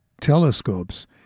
telescopes